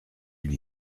lui